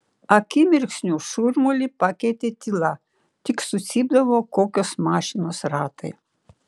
akimirksniu šurmulį pakeitė tyla tik sucypdavo kokios mašinos ratai